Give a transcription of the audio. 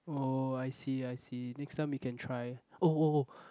oh I see I see next time we can try oh oh oh